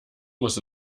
muss